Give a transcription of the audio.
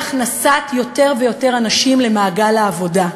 הכנסת יותר ויותר אנשים למעגל העבודה.